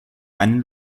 einen